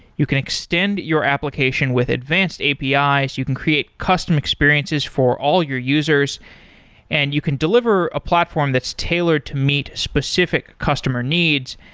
you can extend your application with advanced api, so you can create custom experiences for all your users and you can deliver a platform that's tailored to meet specific customer needs.